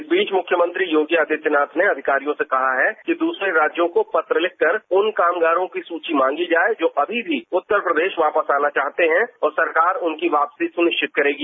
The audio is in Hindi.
इस बीच मुख्यमंत्री योगी आदित्यनाथ ने अधिकारियों से कहा है कि दूसरे राज्यों को पत्र लिखकर कामगारों की सूची मांगी जाए जो अभी भी उत्तर प्रदेश वापस आना चाहते हैं और सरकार उनकी वापसी सुनिश्चित करेगी